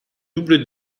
double